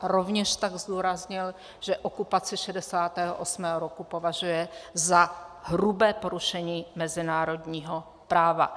Rovněž tak zdůraznil, že okupaci šedesátého osmého roku považuje za hrubé porušení mezinárodního práva.